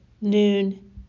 noon